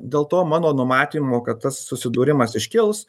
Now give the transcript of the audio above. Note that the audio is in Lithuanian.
dėl to mano numatymo kad tas susidūrimas iškils